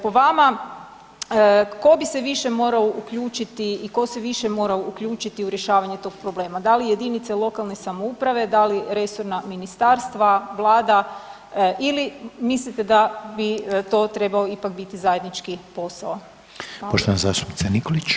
Po vama tko bi se više morao uključiti i tko se više mora uključiti u rješavanje toga problem, da li jedinice lokalne samouprave, da li resorna ministarstva, Vlada ili mislite da bi to trebao ipak biti zajednički posao?